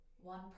one